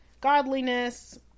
godliness